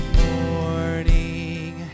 morning